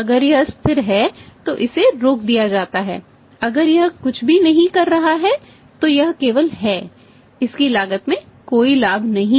अगर यह स्थिर है तो इसे रोक दिया जाता है अगर यह कुछ भी नहीं कर रहा है तो यह केवल है इसकी लागत में कोई लाभ नहीं है